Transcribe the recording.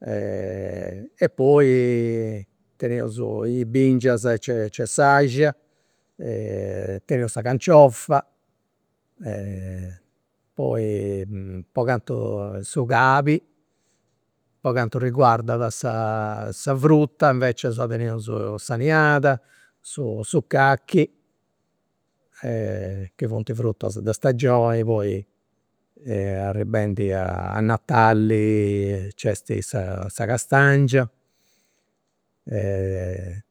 e poi teneus i' bingias, nc'est s'axia, teneus sa canciofa, poi po cantu, su cauli, po cantu riguardat sa fruta invece teneus s'arenada, su cachi, chi funt frutas de stagioni, poi arribendi a natali nc'est sa castangia e